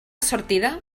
sortida